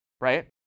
right